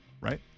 Right